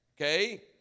okay